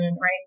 right